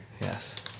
Yes